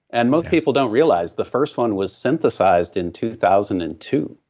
and most people don't realize the first one was synthesized in two thousand and two,